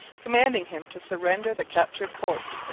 commanding him to surrender the captured fort.